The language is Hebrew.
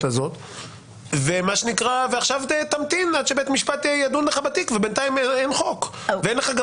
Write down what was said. הזאת ועכשיו תמתין עד שבית משפט ידון לך בתיק ובינתיים אין חוק ואין לך גם